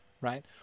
right